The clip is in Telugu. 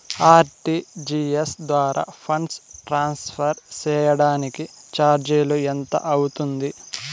ఆర్.టి.జి.ఎస్ ద్వారా ఫండ్స్ ట్రాన్స్ఫర్ సేయడానికి చార్జీలు ఎంత అవుతుంది